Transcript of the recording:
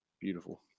Beautiful